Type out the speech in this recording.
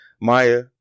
Maya